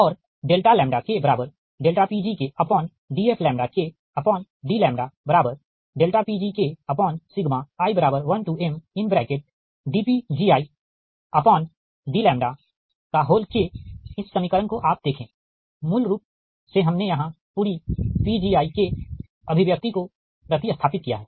और PgdfdλPgi1mdPgidλ इस समीकरण को आप देखें मूल रूप से हमने यहाँ पूरी Pgiअभिव्यक्ति को प्रति स्थापित किया हैं